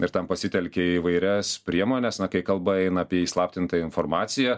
ir tam pasitelkia įvairias priemones na kai kalba eina apie įslaptintą informaciją